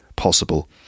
possible